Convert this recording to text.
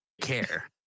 care